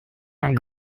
ein